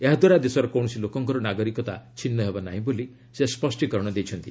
ଏହାଦ୍ୱାରା ଦେଶର କୌଣସି ଲୋକଙ୍କର ନାଗରିକତା ଛିନ୍ନ ହେବ ନାହିଁ ବୋଲି ସେ ସ୍ୱଷ୍ଟିକରଣ ଦେଇଛନ୍ତି